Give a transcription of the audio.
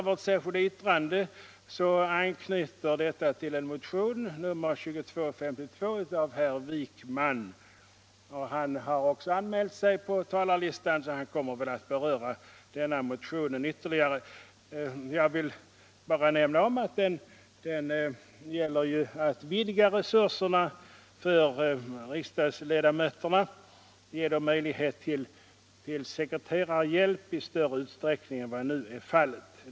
Vårt särskilda yttrande anknyter till motionen 2252 av herr Wijkman. Han har anmält sig på talarlistan och kommer väl att beröra denna motion ytterligare. Jag vill bara nämna att motionen vill vidga resurserna för riksdagens ledamöter och bl.a. ge dem möjlighet till sekreterarhjälp i större utsträckning än som nu är fallet.